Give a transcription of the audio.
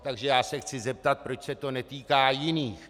Takže já se chci zeptat, proč se to netýká jiných.